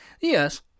Yes